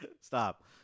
Stop